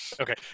Okay